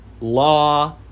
law